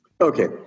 Okay